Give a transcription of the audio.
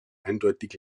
eindeutig